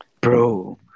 Bro